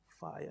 fire